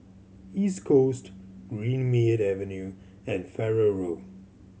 East Coast Greenmead Avenue and Farrer Road